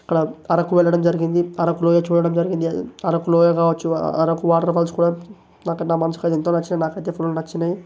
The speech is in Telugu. అక్కడ అరకు వెళ్ళడం జరిగింది అరకు లోయ చూడడం జరిగింది అరకులోయ కావచ్చు అరకు వాటర్ ఫాల్స్ కూడా నా మనసుకు ఎంతో నచ్చాయి నాకైతే ఫుల్ నచ్చాయి